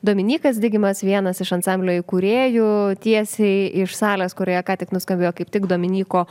dominykas digimas vienas iš ansamblio įkūrėjų tiesiai iš salės kurioje ką tik nuskambėjo kaip tik dominyko